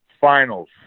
finals